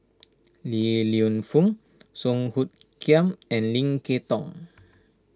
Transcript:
Li Lienfung Song Hoot Kiam and Lim Kay Tong